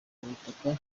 ubutaka